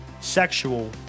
sexual